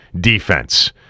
defense